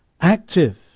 active